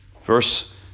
Verse